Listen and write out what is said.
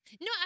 No